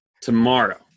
tomorrow